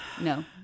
No